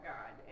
God